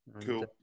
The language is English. Cool